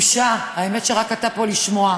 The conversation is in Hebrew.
בושה, האמת, שרק אתה פה לשמוע.